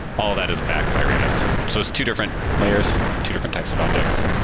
all that is backed by rados. so it's two different layers. two different types of objects.